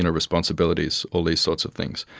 and responsibilities, all these sorts of things,